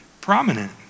prominent